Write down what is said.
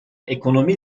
ekonomi